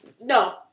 no